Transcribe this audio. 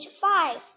five